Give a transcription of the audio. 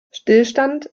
stillstand